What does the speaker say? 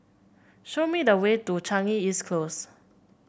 show me the way to Changi East Close